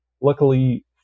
luckily